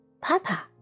Papa